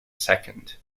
second